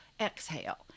exhale